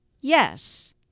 yes